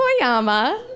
Koyama